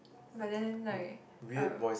but then like um